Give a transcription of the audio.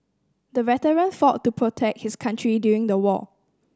the veteran fought to protect his country during the war